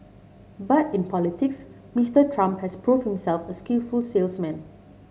but in politics Mister Trump has proved himself a skillful salesman